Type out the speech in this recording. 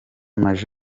maj